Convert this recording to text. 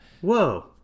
Whoa